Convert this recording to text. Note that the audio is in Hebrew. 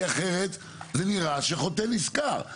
כי אחרת, זה נראה שחוטא נשכר.